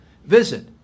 Visit